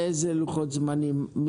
באיזה לוחות זמנים?